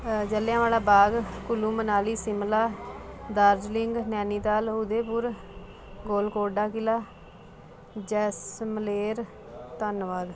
ਜਲਿਆਂਵਾਲਾ ਬਾਗ ਕੁਲੂ ਮਨਾਲੀ ਸ਼ਿਮਲਾ ਦਾਰਜਲਿੰਗ ਨੈਨੀਤਾਲ ਉਦੈਪੁਰ ਗੋਲਕੋਡਾ ਕਿਲ੍ਹਾ ਜੈਸਲਮੇਰ ਧੰਨਵਾਦ